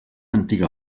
antiga